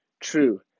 true